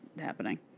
happening